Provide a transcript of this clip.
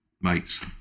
mates